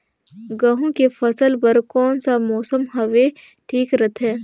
गहूं के फसल बर कौन सा मौसम हवे ठीक रथे?